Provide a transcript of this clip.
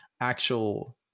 actual